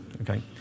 Okay